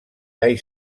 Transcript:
gai